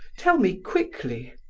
tell me quickly.